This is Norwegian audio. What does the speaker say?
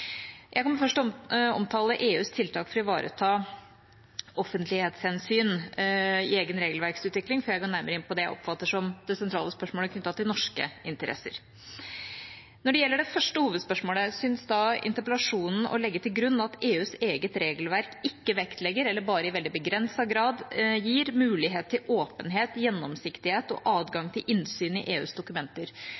Jeg kommer først til å omtale EUs tiltak for å ivareta offentlighetshensyn i egen regelverksutvikling før jeg går nærmere inn på det jeg oppfatter som det sentrale spørsmålet knyttet til norske interesser. Når det gjelder det første hovedspørsmålet, synes interpellasjonen å legge til grunn at EUs eget regelverk ikke vektlegger eller bare i veldig begrenset grad gir mulighet til åpenhet, gjennomsiktighet og adgang